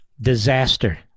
Disaster